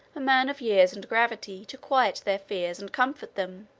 a man of years and gravity, to quiet their fears and comfort them,